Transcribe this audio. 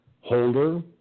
Holder